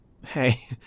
Hey